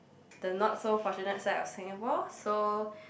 the not so fortunate side of Singapore so